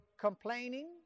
complaining